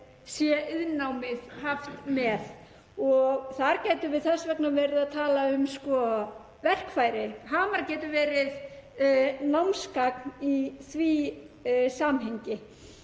sé iðnnámið haft með. Þar gætum við þess vegna verið að tala um verkfærin. Hamar getur verið námsgagn í því samhengi.